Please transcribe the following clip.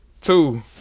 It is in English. two